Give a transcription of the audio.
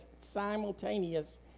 simultaneous